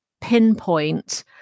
pinpoint